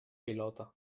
pilota